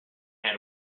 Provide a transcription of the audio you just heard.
had